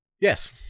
Yes